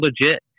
legit